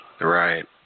Right